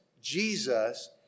Jesus